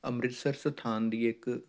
ਅੰਮ੍ਰਿਤਸਰ ਸਥਾਨ ਦੀ ਇੱਕ